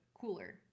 cooler